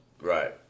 Right